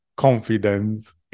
confidence